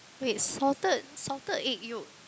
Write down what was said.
wait salted salted egg yolk